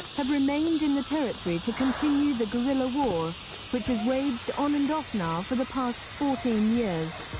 have remained in the territory to continue the guerrilla war which has waged on and off now for the past fourteen years.